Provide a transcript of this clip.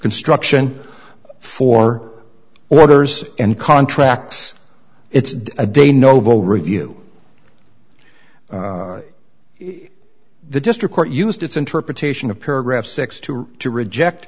construction for orders and contracts it's a de novo review the district court used its interpretation of paragraph sixty two to reject